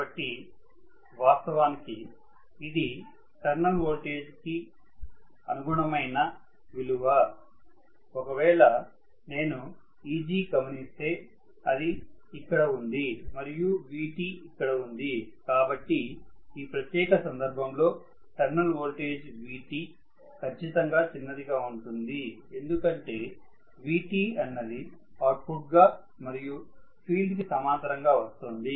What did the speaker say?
కాబట్టి వాస్తవానికి ఇది టెర్మినల్ వోల్టేజీకి అనుగుణమైన విలువ ఒకవేళ నేను Eg గమనిస్తే అది ఇక్కడ ఉంది మరియు Vt ఇక్కడ ఉంది కాబట్టి ఈ ప్రత్యేక సందర్భంలో టెర్మినల్ వోల్టేజ్ Vt ఖచ్చితంగా చిన్నదిగా ఉంటుంది ఎందుకంటే Vt అన్నది అవుట్ ఫుట్ గా మరియు ఫీల్డ్ కి సమాంతరంగా ఉంటుంది